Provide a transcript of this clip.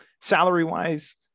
salary-wise